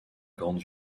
grande